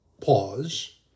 pause